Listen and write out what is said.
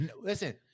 listen